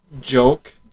joke